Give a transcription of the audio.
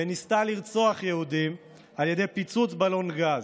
וניסתה לרצוח יהודים על ידי פיצוץ בלון גז,